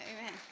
amen